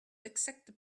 accepted